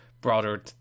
broader